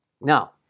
Now